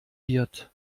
wird